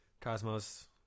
cosmos